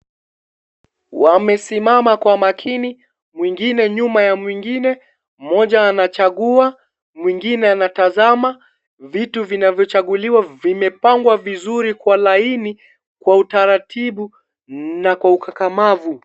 Wamesimama kwa makini, mmoja nyuma ya mwengine mmoja anachagua mwengine anatazama, vitu vinavyochaguliwa vimepangwa vizuri kwa laini, kwa utaratibu na kwa ukakamavu.